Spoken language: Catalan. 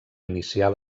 iniciar